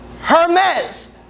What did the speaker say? Hermes